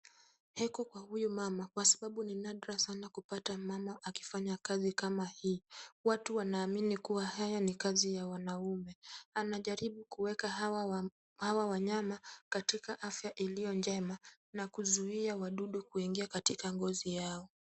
Heko, kwa huyu mama, kwa sababu ninadra sana kupata mama akifanya kazi kama hii. Watu wanaamini kuwa haya ni kazi ya wanaume. Anajaribu kuweka hawa hawa wanyama katika afya iliyo njema, na kuzuia wadudu kuingia katika ngozi yao.